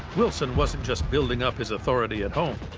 wilson wasn't just building up his authority at home,